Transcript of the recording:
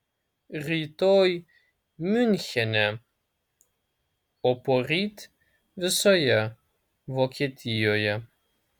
rytoj miunchene o poryt visoje vokietijoje